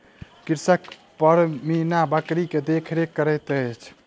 कृषक पश्मीना बकरी के देख रेख करैत अछि